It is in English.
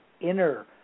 inner